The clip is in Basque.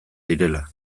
direla